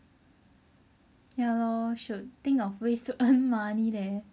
ya lor should think of ways to earn money leh